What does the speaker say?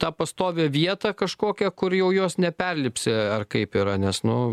tą pastovią vietą kažkokią kur jau jos neperlipsi ar kaip yra nes nu